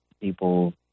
people